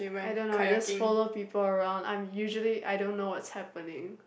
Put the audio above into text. I don't know I just follow people around I'm usually I don't know what's happening